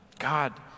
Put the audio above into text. God